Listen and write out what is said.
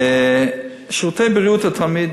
בשירותי בריאות התלמיד